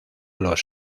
los